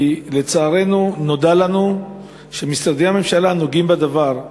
כי, לצערנו, נודע לנו שמשרדי הממשלה הנוגעים בדבר,